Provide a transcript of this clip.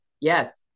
Yes